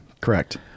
correct